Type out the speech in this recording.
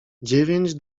dziewięć